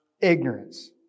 ignorance